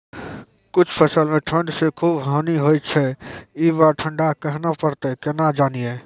कुछ फसल मे ठंड से खूब हानि होय छैय ई बार ठंडा कहना परतै केना जानये?